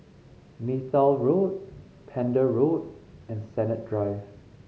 Neythal Road Pender Road and Sennett Drive